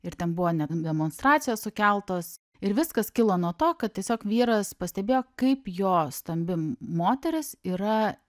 ir ten buvo net demonstracijos sukeltos ir viskas kilo nuo to kad tiesiog vyras pastebėjo kaip jo stambi moteris yra